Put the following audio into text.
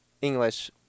English